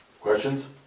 Questions